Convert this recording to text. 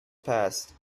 passed